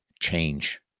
change